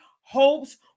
hopes